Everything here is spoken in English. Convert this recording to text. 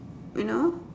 you know